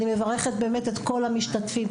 אני מברכת באמת את כל המשתתפים,